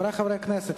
חברי חברי הכנסת,